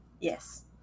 Yes